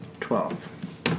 Twelve